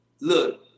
look